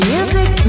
Music